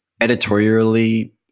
editorially